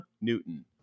Newton